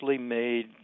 made